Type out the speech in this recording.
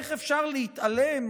ואיך אפשר להתעלם